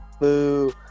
boo